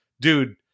dude